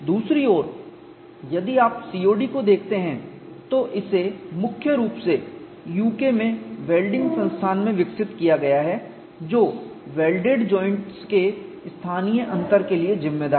दूसरी ओर यदि आप COD को देखते हैं तो इसे मुख्य रूप से यूके में वेल्डिंग संस्थान में विकसित किया जाता है जो वेल्डेड जॉइंट्स के स्थानीय अंतर के लिए जिम्मेदार है